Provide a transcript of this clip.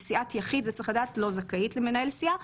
כשסיעת יחיד לא זכאית למנהל סיעה.